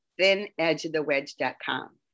ThinEdgeOfTheWedge.com